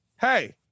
hey